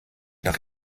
nach